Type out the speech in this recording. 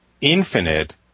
infinite